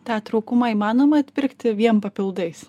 tą trūkumą įmanoma atpirkti vien papildais